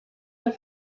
der